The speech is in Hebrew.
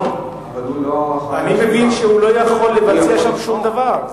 אני מבין שהוא לא יכול לבצע שם שום דבר,